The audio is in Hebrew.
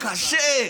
קשה.